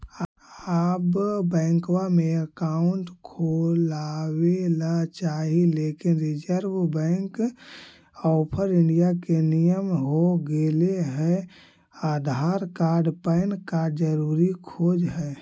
आब बैंकवा मे अकाउंट खोलावे ल चाहिए लेकिन रिजर्व बैंक ऑफ़र इंडिया के नियम हो गेले हे आधार कार्ड पैन कार्ड जरूरी खोज है?